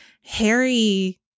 Harry